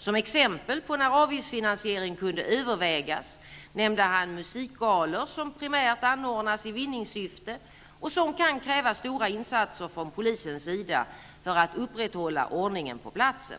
Som exempel på när avgiftsfinansiering kunde övervägas nämnde han musikgalor som primärt anordnas i vinningssyfte, och som kan kräva stora insatser från polisens sida för att upprätthålla ordningen på platsen.